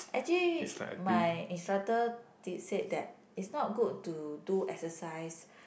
actually my instructor did said that it's not good to do exercise